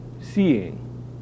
Seeing